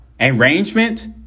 arrangement